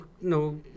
no